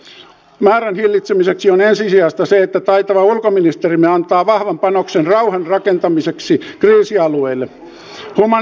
turvapaikanhakijoiden määrän hillitsemiseksi on ensisijaista se että taitava ulkoministerimme antaa vahvan panoksen rauhan rakentamiseksi kriisialueille